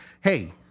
Hey